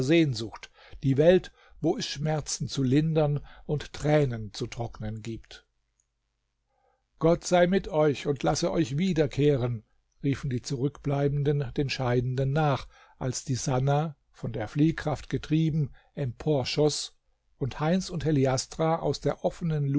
die welt wo es schmerzen zu lindern und tränen zu trocknen gibt gott sei mit euch und lasse euch wiederkehren riefen die zurückbleibenden den scheidenden nach als die sannah von der fliehkraft getrieben emporschoß und heinz und heliastra aus der offenen